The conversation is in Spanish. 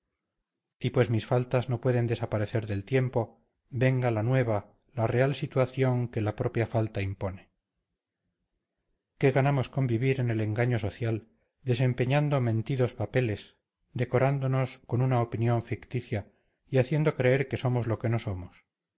y pues mis faltas no pueden desaparecer del tiempo venga la nueva la real situación que la propia falta impone qué ganamos con vivir en el engaño social desempeñando mentidos papeles decorándonos con una opinión ficticia y haciendo creer que somos lo que no somos